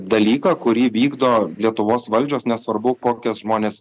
dalyką kurį vykdo lietuvos valdžios nesvarbu kokie žmonės